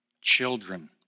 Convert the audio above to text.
children